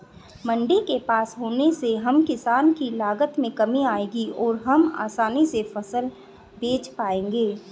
मंडी के पास होने से हम किसान की लागत में कमी आएगी और हम आसानी से फसल बेच पाएंगे